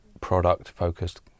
product-focused